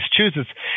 Massachusetts